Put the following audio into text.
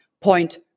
Point